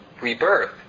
rebirth